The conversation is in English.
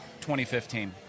2015